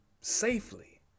safely